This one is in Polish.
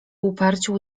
uparcie